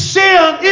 sin